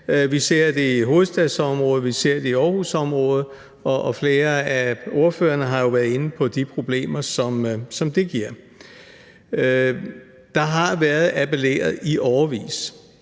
Vi ser det i hovedstadsområdet, vi ser det i Aarhusområdet, og flere af ordførerne har jo været inde på de problemer, som det giver. Der er i årevis